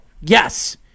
yes